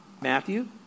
Matthew